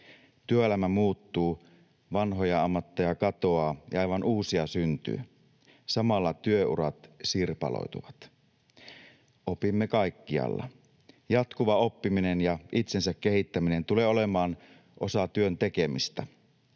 Työelämä muuttuu, vanhoja ammatteja katoaa, ja aivan uusia syntyy. Samalla työurat sirpaloituvat. Opimme kaikkialla. Jatkuva oppiminen ja itsensä kehittäminen tulevat olemaan osa työn tekemistä.